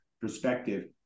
perspective